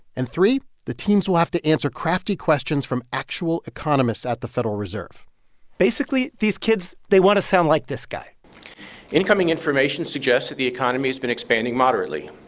and three, the teams will have to answer crafty questions from actual economists at the federal reserve basically, these kids they want to sound like this guy incoming information suggests that the economy's been expanding moderately.